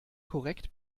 korrekt